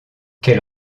quel